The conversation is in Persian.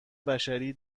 بشری